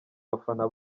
bafana